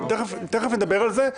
תיכף נדבר על זה.